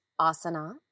asana